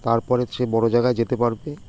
তারপরে সে বড় জায়গায় যেতে পারবে